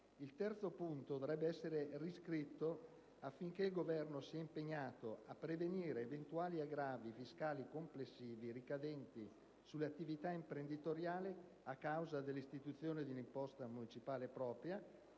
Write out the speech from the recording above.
Il terzo punto dovrebbe essere riscritto affinché il Governo sia impegnato a prevenire eventuali aggravi fiscali complessivi ricadenti sulle attività imprenditoriali a causa dell'istituzione di un'imposta municipale propria.